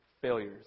failures